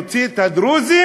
נוציא את הדרוזים,